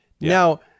Now